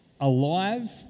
alive